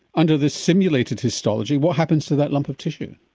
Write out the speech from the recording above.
under this simulated histology, what happens to that lump of tissue?